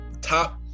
top